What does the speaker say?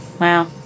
Wow